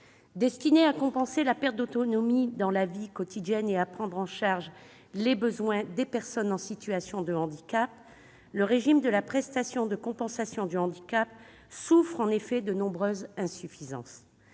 Destinée à compenser la perte d'autonomie dans la vie quotidienne et à prendre en charge les besoins des personnes en situation de handicap, la prestation de compensation du handicap souffre en effet de nombreuses insuffisances.